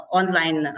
online